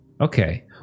Okay